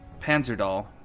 Panzerdoll